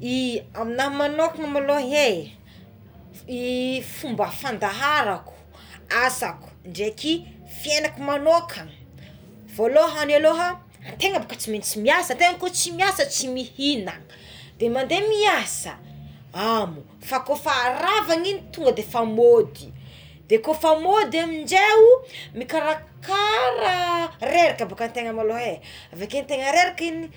I amignahy manokana maloha é i fomba fandaharako asako dreky fiaignako manokagna voalohany aloha ategna bôka tsy maintsy miasa tegna ko tsy miasa tsy mihignà de mandeha miasa fa ao fa ko efa farava nigny tonga de mody ko efa mody njeo mbola mikarakara reraka bôka antegna maloha é avekeo tegna reraky igny é